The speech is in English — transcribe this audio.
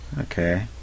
Okay